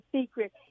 secret